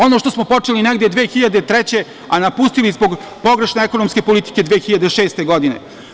Ono što smo počeli negde 2003. godine, a napustili zbog pogrešne ekonomske politike 2006. godine.